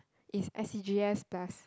is S_C_G_S plus